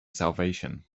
salvation